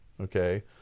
Okay